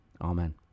amen